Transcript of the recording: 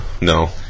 No